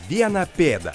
vieną pėdą